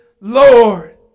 Lord